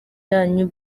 yanyu